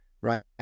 Right